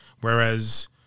Whereas